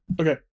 Okay